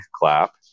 clap